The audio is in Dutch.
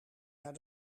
naar